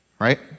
right